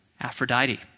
Aphrodite